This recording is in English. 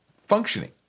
functioning